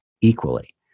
equally